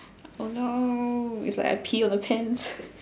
oh no it's like I pee on the pants